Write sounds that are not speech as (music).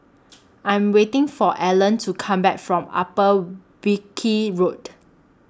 (noise) I'm waiting For Alan to Come Back from Upper Wilkie Road